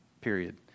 period